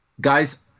Guys